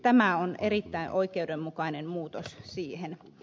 tämä on erittäin oikeudenmukainen muutos heille